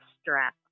strap